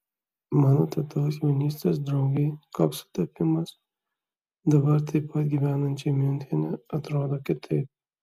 mano tetos jaunystės draugei koks sutapimas dabar taip pat gyvenančiai miunchene atrodo kitaip